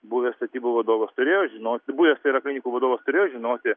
buvęs statybų vadovas turėjo žinoti buvęs tai yra klinikų vadovas turėjo žinoti